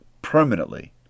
permanently